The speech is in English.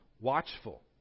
watchful